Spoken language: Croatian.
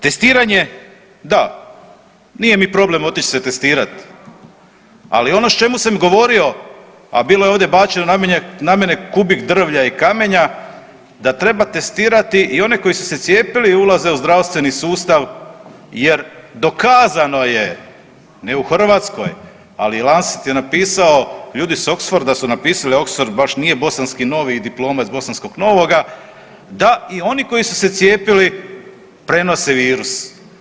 Testiranje da, nije mi problem otić se testirat, ali ono o čemu sam govorio, a bilo je ovdje bačeno na mene kubik drvlja i kamenja da treba testirati i one koji su se cijepili i ulaze u zdravstveni sustav jer dokazano je, ne u Hrvatskoj, ali … [[Govornik se ne razumije]] je napisao, ljudi s Oxforda su napisali, Oxford baš nije Bosanski Novi i diplome iz Bosanskog Novoga da i oni koji su se cijepili prenose virus.